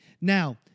Now